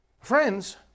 Friends